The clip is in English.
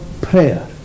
prayer